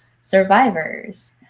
survivors